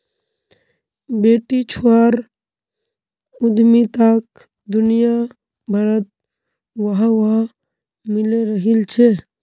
बेटीछुआर उद्यमिताक दुनियाभरत वाह वाह मिले रहिल छे